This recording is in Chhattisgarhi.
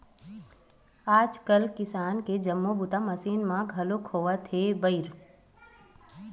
आजकाल किसानी के जम्मो बूता ह मसीन म घलोक होवत हे बइर